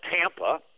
Tampa